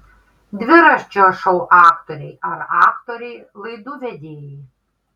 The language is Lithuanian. dviračio šou aktoriai ar aktoriai laidų vedėjai